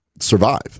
survive